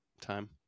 time